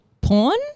porn